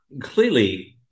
clearly